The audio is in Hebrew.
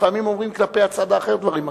ולפעמים אומרים כלפי הצד האחר דברים מרגיזים.